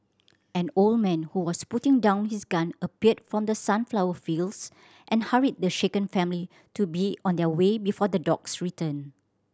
an old man who was putting down his gun appeared from the sunflower fields and hurried the shaken family to be on their way before the dogs return